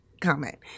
comment